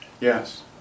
Yes